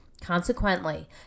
Consequently